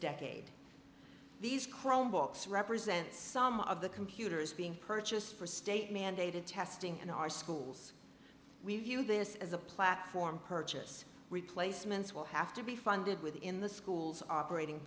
decade these chrome books represent some of the computers being purchased for state mandated testing in our schools we view this as a platform purchase replacements will have to be funded with in the schools operating